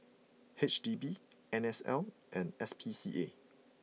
H D B N S L and S P C A